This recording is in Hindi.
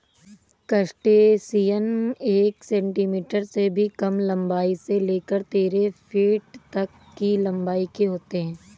क्रस्टेशियन एक सेंटीमीटर से भी कम लंबाई से लेकर तेरह फीट तक की लंबाई के होते हैं